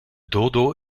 dodo